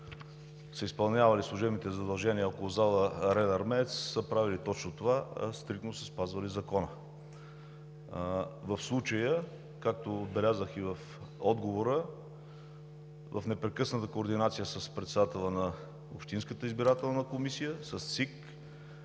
са изпълнявали служебните си задължения около зала „Арена Армеец“, са правили точно това – стриктно са спазвали закона. В случая, както отбелязах и в отговора, в непрекъсната координация с председателя на Общинската избирателна комисия, с ЦИК.